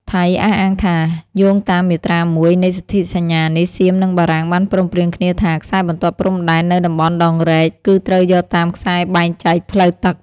ថៃអះអាងថា យោងតាមមាត្រា ១ នៃសន្ធិសញ្ញានេះ សៀម និងបារាំង បានព្រមព្រៀងគ្នាថា ខ្សែបន្ទាត់ព្រំដែននៅតំបន់ដងរែក គឺត្រូវយកតាមខ្សែបែងចែកផ្លូវទឹក។